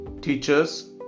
teachers